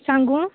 सांगू